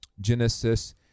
Genesis